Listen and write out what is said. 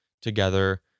together